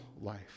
life